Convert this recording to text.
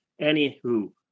anywho